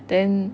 then